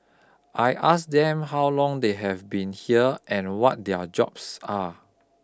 I asked them how long they have been here and what their jobs are